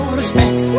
respect